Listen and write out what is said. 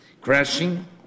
crashing